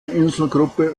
inselgruppe